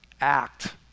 act